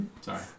Sorry